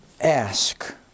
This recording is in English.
Ask